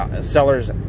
seller's